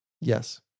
Yes